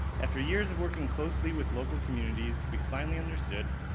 after years of working closely with local communities, we've finally understood,